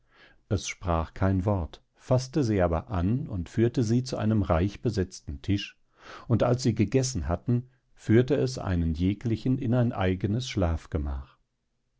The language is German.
es sprach kein wort faßte sie aber an und führte sie zu einem reichbesetzten tisch und als sie gegessen hatten führte es einen jeglichen in ein eigenes schlafgemach